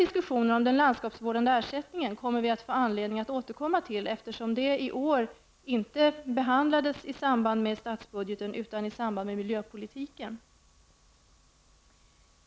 Diskussionen om ersättningen för landskapsvård kommer vi få anledning att återkomma till, eftersom frågan i år inte behandlades i samband med statsbudgeten utan i samband med miljöpolitiken.